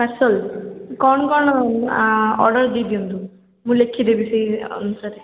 parcel କ'ଣ କ'ଣ order ଦେଇ ଦିଅନ୍ତୁ ମୁଁ ଲେଖିଦେବି ସେହି ଅନୁସାରେ